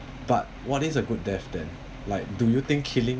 but what is a good death then like do you think killing